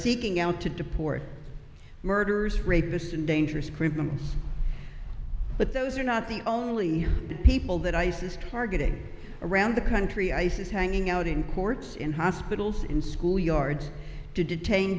seeking out to deport murderers rapists and dangerous criminals but those are not the only people that isis targeting around the country isis hanging out in courts in hospitals in school yards to detain